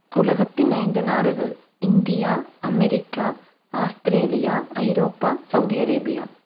உலகத்தின் ஐந்து நாடுகள் India America Australia Europe Saudi Arabia